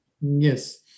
Yes